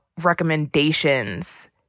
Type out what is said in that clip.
recommendations